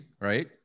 right